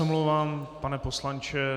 Omluvám se, pane poslanče.